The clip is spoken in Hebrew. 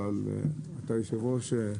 אבל אתה היושב-ראש,